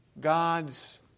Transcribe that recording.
God's